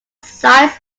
sites